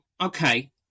Okay